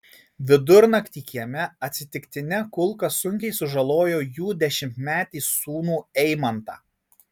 vidurnaktį kieme atsitiktinė kulka sunkiai sužalojo jų dešimtmetį sūnų eimantą